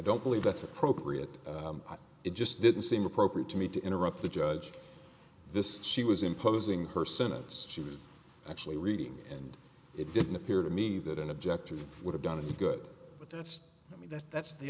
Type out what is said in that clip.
don't believe that's appropriate it just didn't seem appropriate to me to interrupt the judge this she was imposing her sentence she was actually reading and it didn't appear to me that an objective would have done any good but that's i mean that's th